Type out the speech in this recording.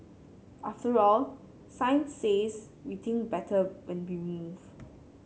after all science says we think better when we move